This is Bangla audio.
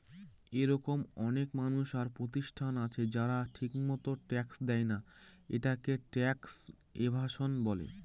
এরকম অনেক মানুষ আর প্রতিষ্ঠান আছে যারা ঠিকমত ট্যাক্স দেয়না, এটাকে ট্যাক্স এভাসন বলে